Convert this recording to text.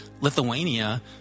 Lithuania